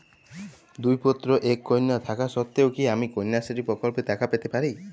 দুই পুত্র এক কন্যা থাকা সত্ত্বেও কি আমি কন্যাশ্রী প্রকল্পে টাকা পেতে পারি?